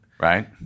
Right